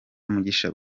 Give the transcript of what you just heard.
mugisha